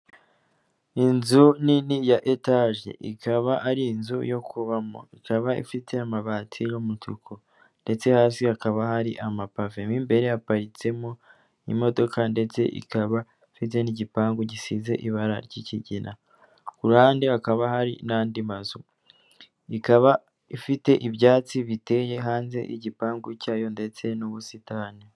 Inzu nini ya etaje ikaba ari inzu yo kubamo, ikaba ifite amabati y'umutuku, ndetse hasi hakaba hari amapave, mo imbere haparitsemo imodoka ndetse ikaba ifite n'igipangu gisize ibara ry'ikigina, ku ruhande hakaba hari n'andi mazu, ikaba ifite ibyatsi biteye hanze y'igipangu cyayo ndetse n'ubusitani.